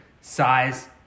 size